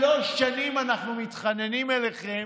שלוש שנים אנחנו מתחננים אליכם: